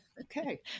Okay